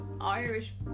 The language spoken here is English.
Irish